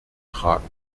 tragen